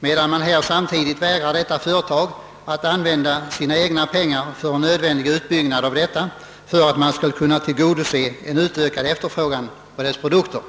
samtidigt som man alltså här har vägrat ett företag att använda sina egna pengar för en nödvändig utbyggnad av verksamheten i syfte att kunna tillgodose en ökad efterfrågan på företagets produkter.